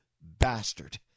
bastard